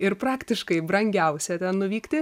ir praktiškai brangiausia ten nuvykti